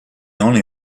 only